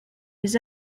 les